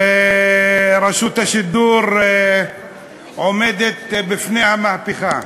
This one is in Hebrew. ורשות השידור עומדת בפני מהפכה.